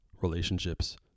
relationships